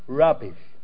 rubbish